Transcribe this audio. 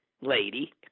lady